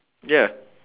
ya